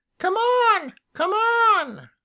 come on! come on!